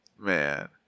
Man